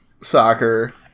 soccer